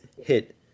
hit